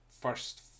first